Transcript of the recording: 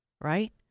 right